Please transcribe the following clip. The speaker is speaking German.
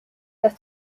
das